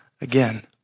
again